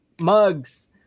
mugs